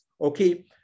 okay